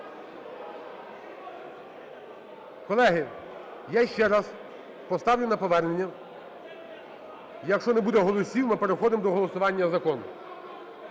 колеги, я ще раз поставлю на повернення. Якщо не буде голосів, ми переходимо до голосування закону.